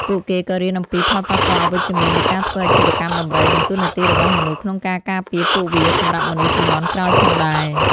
ពួកគេក៏រៀនអំពី ផលប៉ះពាល់អវិជ្ជមាននៃការធ្វើអាជីវកម្មដំរី និង តួនាទីរបស់មនុស្សក្នុងការការពារពួកវា សម្រាប់មនុស្សជំនាន់ក្រោយផងដែរ។